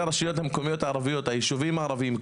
הרשויות המקומיות הערביות הישובים הערבים,